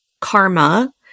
Karma